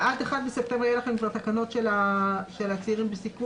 כלומר עד 1 בספטמבר יהיו לכם כבר תקנות של הצעירים בסיכון?